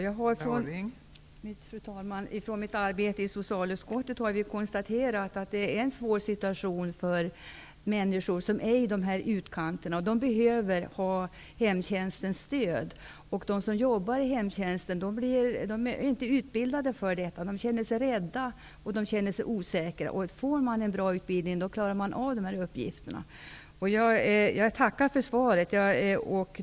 Fru talman! Vi har i socialutskottet konstaterat att dessa människor i samhällets utkant har en svår situation, och de behöver hemtjänstens stöd. De som jobbar inom hemtjänsten är inte utbildade för detta, och de känner sig rädda och osäkra. Om de får en bra utbildning kan de klara de här uppgifterna. Jag tackar för svaret.